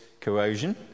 corrosion